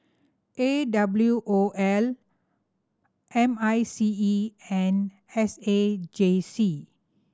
A W O L M I C E and S A J C